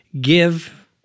give